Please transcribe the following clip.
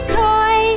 toy